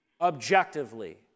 objectively